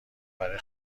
برای